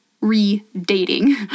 re-dating